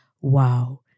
wow